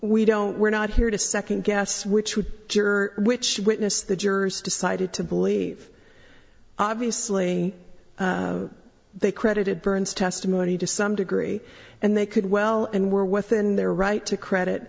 we don't we're not here to second guess which would juror which witness the jurors decided to believe obviously they credited byrne's testimony to some degree and they could well and were within their right to credit